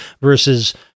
versus